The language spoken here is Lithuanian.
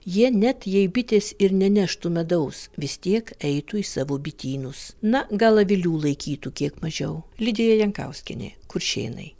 jie net jei bitės ir neneštų medaus vis tiek eitų į savo bitynus na gal avilių laikytų kiek mažiau lidija jankauskienė kuršėnai